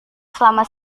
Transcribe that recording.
selama